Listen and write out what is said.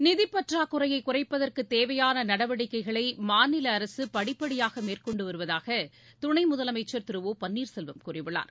நிதிப்பற்றாக்குறையை குறைப்பதற்கு தேவையான நடவடிக்கைகளை மாநில அரச படிப்படியாக மேற்கொண்டு வருவதாக துணை முதலமைச்சர் திரு ஓ பன்னீர் செல்வம் கூறியுள்ளார்